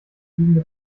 fliegende